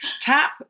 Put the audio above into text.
tap